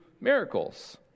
miracles